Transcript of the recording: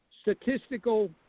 statistical